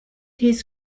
his